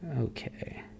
Okay